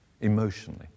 emotionally